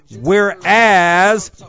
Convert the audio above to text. whereas